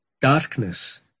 darkness